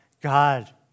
god